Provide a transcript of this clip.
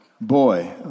Boy